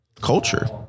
culture